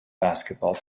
basketball